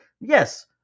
Yes